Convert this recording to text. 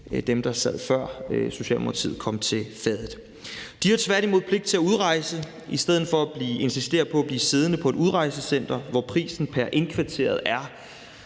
dem, der var, før Socialdemokratiet kom til fadet. De har tværtimod pligt til at udrejse i stedet for at insistere på at blive siddende på et udrejsecenter, hvor prisen pr. indkvarteret er